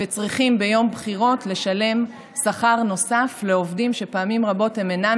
וצריכים ביום בחירות לשלם שכר נוסף לעובדים שפעמים רבות הם אינם